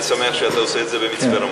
ואני שמח שאתה עושה את זה במצפה-רמון.